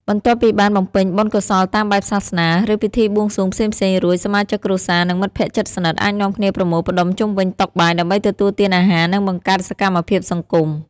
បន្ទាប់ពីបានបំពេញបុណ្យកុសលតាមបែបសាសនា ឬពិធីបួងសួងផ្សេងៗរួច សមាជិកគ្រួសារ និងមិត្តភក្តិជិតស្និទ្ធ អាចនាំគ្នាប្រមូលផ្តុំជុំវិញតុបាយ ដើម្បីទទួលទានអាហារ និងបង្កើតសកម្មភាពសង្គម។